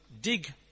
dig